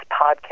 podcast